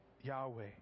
Yahweh